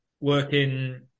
working